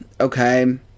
okay